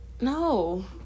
No